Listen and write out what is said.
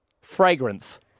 Fragrance